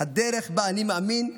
הדרך שבה אני מאמין,